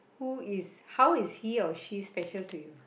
who is how is he or she special to you